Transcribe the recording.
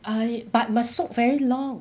I but must soak very long